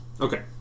Okay